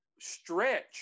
stretch